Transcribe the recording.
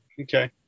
okay